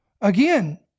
again